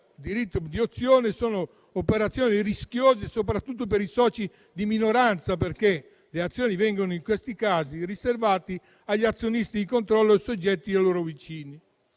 sono operazioni rischiose soprattutto per i soci di minoranza, perché le azioni vengono in questi casi riservate agli azionisti di controllo e ai soggetti a loro vicini.